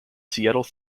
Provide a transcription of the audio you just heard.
seattle